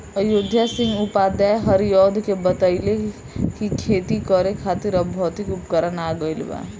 अयोध्या सिंह उपाध्याय हरिऔध के बतइले कि खेती करे खातिर अब भौतिक उपकरण आ गइल बा